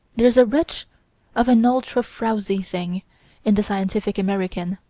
there's a wretch of an ultra-frowsy thing in the scientific american,